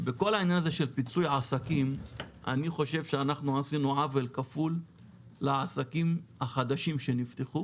בכל העניין של פיצוי עסקים עשינו עוול כפול לעסקים החדשים שנפתחו